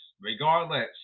regardless